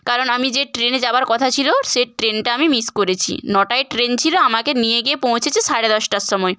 কারণ আমি যে ট্রেনে যাওয়ার কথা ছিল সে ট্রেনটা আমি মিস করেছি নটায় ট্রেন ছিল আমাকে নিয়ে গিয়ে পৌঁছেছে সাড়ে দশটার সময়